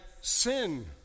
sin